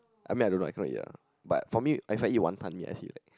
I mean I don't know I cannot eat ah but for me if I eat Wanton-Mee I say that